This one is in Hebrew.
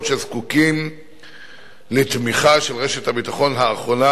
שזקוקים לתמיכה של רשת הביטחון האחרונה,